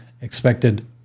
expected